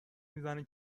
میزنه